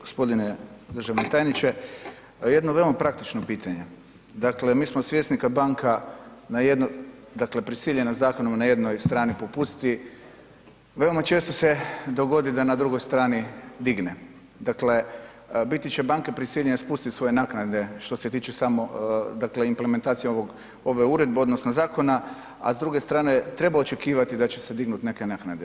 Poštovani g. državni tajniče, jedno veoma praktično pitanje, dakle mi smo svjesni kad banka na jednu, dakle prisiljena zakonom na jednoj strani popusti, veoma često se dogodi da na drugoj strani digne, dakle biti će banke prisiljene spustit svoje naknade što se tiče samo dakle implementacija ove uredbe odnosno zakona, a s druge strane treba očekivati da će se dignut neke naknade.